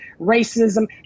racism